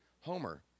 Homer